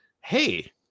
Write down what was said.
hey